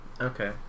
Okay